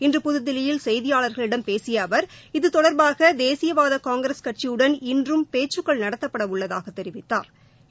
இன்று புதுதில்லியில் செய்தியாளர்களிடம் பேசிய அவர் இது தொடர்பாக தேசியவாத காங்கிரஸ் கட்சியுடன் இன்றும் பேச்சுக்கள் நடத்தப்பட உள்ளதாகத் தெரிவித்தாா்